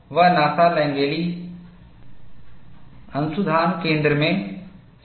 वह NASA Langley के अनुसंधान केंद्र में शामिल हो गए